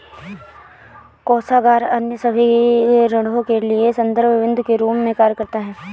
कोषागार अन्य सभी ऋणों के लिए संदर्भ बिन्दु के रूप में कार्य करता है